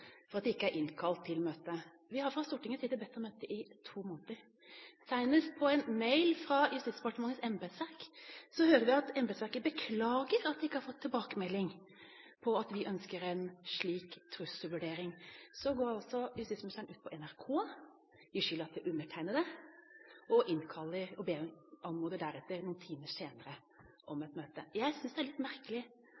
for at det ikke var innkalt til møte. Vi har fra Stortingets side bedt om et møte i to måneder. Senest i en mail fra Justis- og beredskapsdepartementets embetsverk ser vi embetsverket beklage at vi ikke har fått tilbakemelding på at vi ønsker en slik trusselvurdering. Så går altså justis- og beredskapsministeren ut på NRK, gir undertegnede skylda og anmoder deretter noen timer senere om